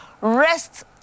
Rest